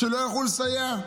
שלא ילכו לסייע?